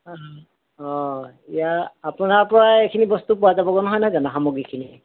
অঁ ইয়াৰ আপোনাৰপৰাই এইখিনি বস্তু পোৱা যাবগৈ নহয় জানো সামগ্ৰীখিনি